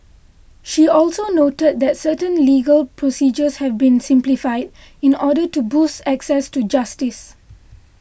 she also noted that certain legal procedures have been simplified in order to boost access to justice